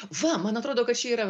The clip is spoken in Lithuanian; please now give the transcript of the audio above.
va man atrodo kad čia yra